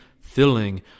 filling